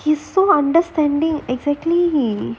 he is so understanding exactly